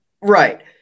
Right